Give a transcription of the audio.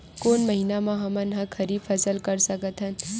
कोन महिना म हमन ह खरीफ फसल कर सकत हन?